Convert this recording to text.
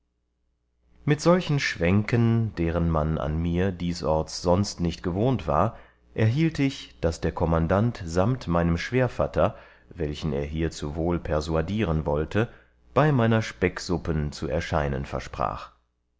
mit solchen schwänken deren man an mir diesorts sonst nicht gewohnt war erhielt ich daß der kommandant samt meinem schwährvatter welchen er hierzu wohl persuadieren wollte bei meiner specksuppen zu erscheinen versprach